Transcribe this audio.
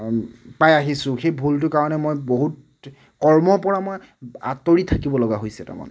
পাই আহিছোঁ সেই ভুলটোৰ কাৰণে মই বহুত কৰ্মৰপৰা মই আঁতৰি থাকিব লগা হৈছে তাৰমানে